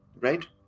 right